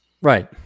right